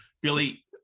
Billy